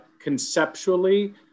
conceptually